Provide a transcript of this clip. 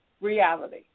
reality